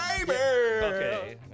Okay